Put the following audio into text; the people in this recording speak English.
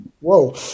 Whoa